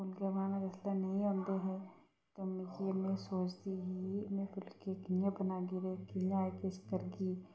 फुलके बनाने जिसलै नेईं आंदे हे ते मिगी में सोचदी ही में फुलके कियां बनाह्गी ते कियां एह् किश करगी